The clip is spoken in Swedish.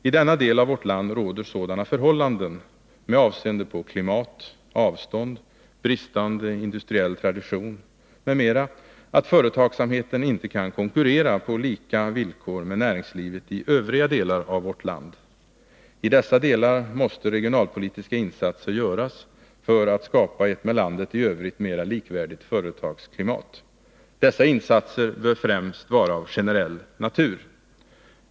I denna del av vårt land råder sådana förhållanden med avseende på klimat, avstånd, bristande industriell tradition m.m. att företagsamheten inte kan konkurrera på lika villkor med näringslivet i övriga delar av landet. I dessa delar måste regionalpolitiska insatser göras för att skapa ett med landet i övrigt mera likvärdigt företagsklimat. Dessa insatser bör främst vara av generell natur.